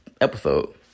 episode